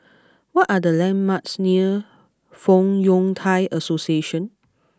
what are the landmarks near Fong Yun Thai Association